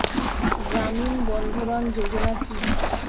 গ্রামীণ বন্ধরন যোজনা কি?